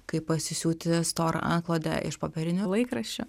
kaip pasisiūti storą antklodę iš popierinių laikraščių